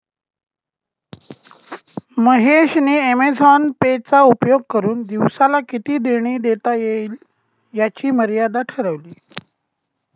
महेश ने Amazon Pay चा उपयोग करुन दिवसाला किती देणी देता येईल याची मर्यादा ठरवली